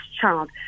child